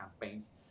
campaigns